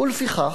ולפיכך,